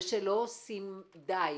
ושלא עושים די.